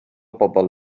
bobl